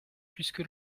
puisque